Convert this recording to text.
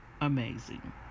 amazing